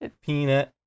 Peanut